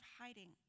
hiding